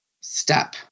step